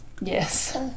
Yes